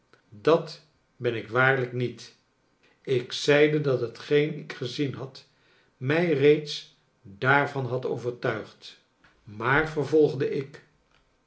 dat ben ik waarlijk niet ik zeide dat hetgeen ik gezien had mij reeds daarvan had overtuigd maar vervolgde ik